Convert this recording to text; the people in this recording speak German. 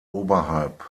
oberhalb